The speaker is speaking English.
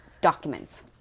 documents